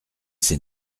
s’est